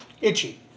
Itchy